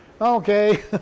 Okay